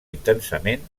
intensament